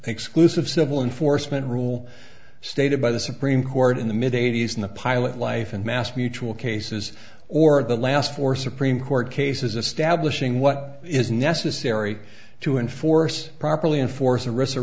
exclusive civil enforcement rule stated by the supreme court in the mid eighty's in the pilot life and mass mutual cases or the last four supreme court cases establishing what is necessary to enforce properly enforce a